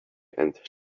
and